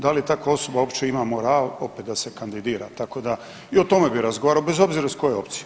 Da li takva osoba uopće ima moral opet da se kandidira, tako da i o tome bih razgovarao bez obzira iz kojeg opcije.